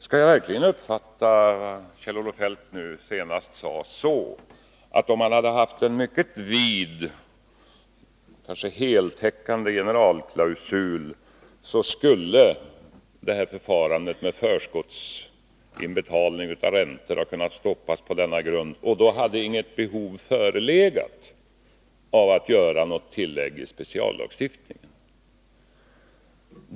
Skall jag verkligen uppfatta det Kjell-Olof Feldt senast sade så, att om man hade haft en mycket vid, kanske heltäckande, generalklausul skulle förfarandet med förskottsinbetalningar av räntor ha kunnat stoppas på denna grund, och då hade inget behov förelegat av att göra tillägg i speciallagstiftningen?